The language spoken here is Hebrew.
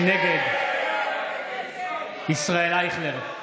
נגד ישראל אייכלר,